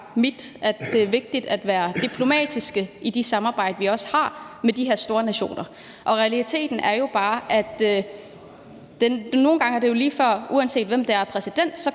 at det er vigtigt at være diplomatiske i det samarbejde, vi har med de her store nationer, og realiteten er jo også bare, at der nogle gange, uanset hvem der er præsident,